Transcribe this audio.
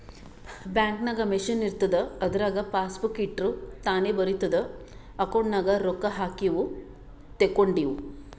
bank ನಾಗ್ machine ಇರ್ತುದ್ ಅದುರಾಗ್ ಪಾಸಬುಕ್ ಇಟ್ಟುರ್ ತಾನೇ ಬರಿತುದ್ ಅಕೌಂಟ್ ನಾಗ್ ರೊಕ್ಕಾ ಹಾಕಿವು ತೇಕೊಂಡಿವು